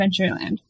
Adventureland